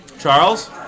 Charles